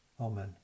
Amen